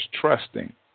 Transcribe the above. trusting